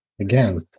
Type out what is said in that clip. Again